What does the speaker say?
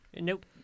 Nope